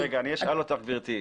רגע, אני אשאל אותך גברתי.